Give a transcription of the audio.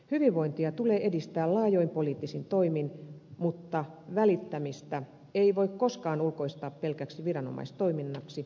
hyvinvointia tulee edistää laajoin poliittisin toimin mutta välittämistä ei voi koskaan ulkoistaa pelkäksi viranomaistoiminnaksi